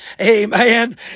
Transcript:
amen